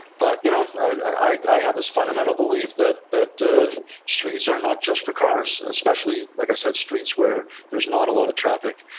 but you know i i have this fundamental belief that that streets are not just for cars. especially, like i said, streets where there's not a lot of traffic.